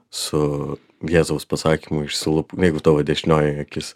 su jėzaus pasakymu išsilupk jeigu tavo dešinioji akis